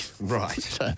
right